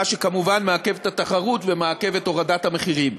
מה שכמובן מעכב את התחרות ומעכב את הורדת המחירים.